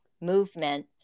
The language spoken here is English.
movement